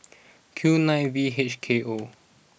Q nine V H K O